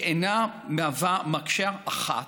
היא אינה מקשה אחת,